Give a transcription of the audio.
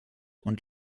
und